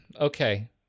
okay